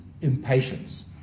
impatience